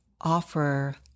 offer